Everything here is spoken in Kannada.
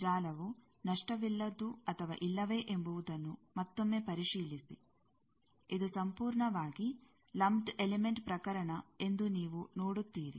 ಜಾಲವು ನಷ್ಟವಿಲ್ಲದ್ದು ಅಥವಾ ಇಲ್ಲವೇ ಎಂಬುದನ್ನು ಮತ್ತೊಮ್ಮೆ ಪರಿಶೀಲಿಸಿ ಇದು ಸಂಪೂರ್ಣವಾಗಿ ಲಂಪ್ದ್ ಎಲಿಮೆಂಟ್ ಪ್ರಕರಣ ಎಂದು ನೀವು ನೋಡುತ್ತೀರಿ